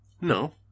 no